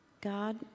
God